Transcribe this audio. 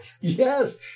Yes